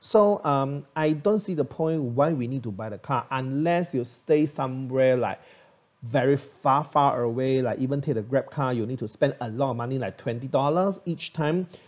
so um I don't see the point why we need to buy the car unless you stay somewhere like very far far away like even take a grab car you need to spend a lot of money like twenty dollars each time